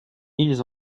ils